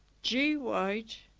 g white.